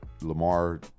Lamar